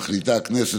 מחליטה הכנסת,